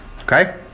Okay